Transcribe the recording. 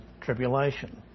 tribulation